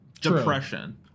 depression